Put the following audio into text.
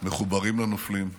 מחוברים לנופלים,